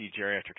Geriatric